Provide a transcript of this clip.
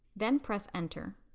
then press enter.